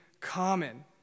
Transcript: common